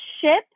ship